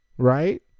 right